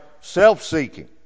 self-seeking